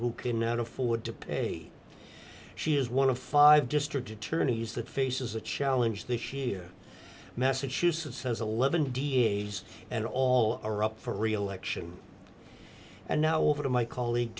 who cannot afford to pay she is one of five district attorneys that faces a challenge this year massachusetts says eleven da's and all are up for reelection and now over to my colleague